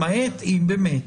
למעט, אם באמת.